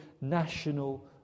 national